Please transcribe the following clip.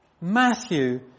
Matthew